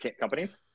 companies